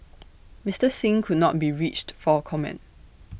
Mister Singh could not be reached for comment